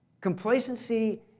Complacency